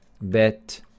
bet